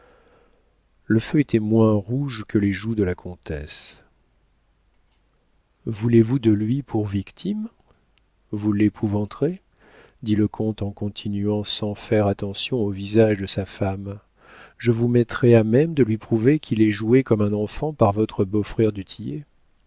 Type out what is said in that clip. le feu était moins rouge que les joues de la comtesse voulez-vous de lui pour victime vous l'épouvanterez dit le comte en continuant sans faire attention au visage de sa femme je vous mettrai à même de lui prouver qu'il est joué comme un enfant par votre beau-frère